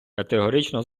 категорично